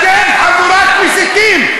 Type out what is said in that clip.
אתם חבורת מסיתים.